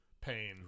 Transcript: pain